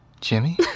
Jimmy